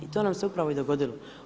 I to nam se upravo i dogodilo.